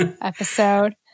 episode